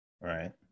Right